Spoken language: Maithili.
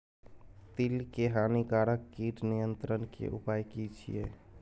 तिल के हानिकारक कीट नियंत्रण के उपाय की छिये?